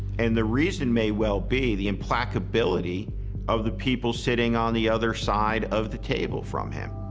and the reason may well be the implacability of the people sitting on the other side of the table from him.